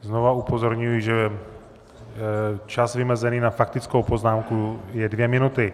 Znova upozorňuji, že čas vymezený na faktickou poznámku je dvě minuty.